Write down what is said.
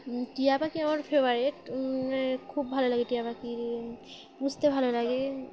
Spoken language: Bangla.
টিয়া পাখি আমার ফেভারেট মানে খুব ভালো লাগে টিয়া পাখি পুষতে ভালো লাগে